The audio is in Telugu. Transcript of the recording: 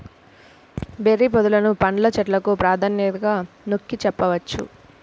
బెర్రీ పొదలను పండ్ల చెట్లకు ప్రాధాన్యతగా నొక్కి చెప్పవచ్చు